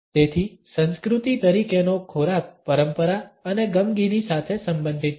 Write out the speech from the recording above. તેથી સંસ્કૃતિ તરીકેનો ખોરાક પરંપરા અને ગમગીની સાથે સંબંધિત છે